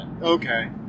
okay